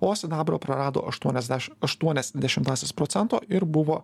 o sidabro prarado aštuoniasdeš aštuonias dešimtąsias procento ir buvo